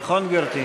נכון, גברתי?